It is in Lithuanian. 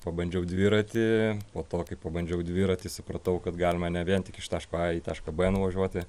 pabandžiau dviratį po to kai pabandžiau dviratį supratau kad galima ne vien tik iš taško a į tašką b nuvažiuoti